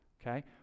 okay